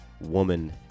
woman